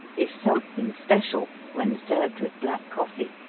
is something special when served with black coffee.